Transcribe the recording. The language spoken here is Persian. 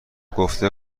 گفته